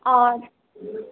অঁ